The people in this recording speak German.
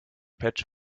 patch